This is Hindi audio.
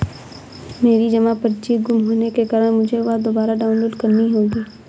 मेरी जमा पर्ची गुम होने के कारण मुझे वह दुबारा डाउनलोड करनी होगी